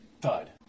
thud